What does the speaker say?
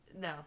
No